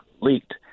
leaked